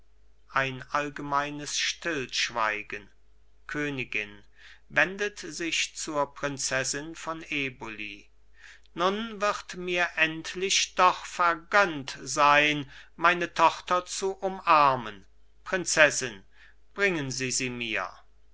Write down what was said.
ein allgemeines stillschweigen königin wendet sich zur prinzessin von eboli nun wird mir endlich doch vergönnt sein meine tochter zu umarmen prinzessin bringen sie sie mir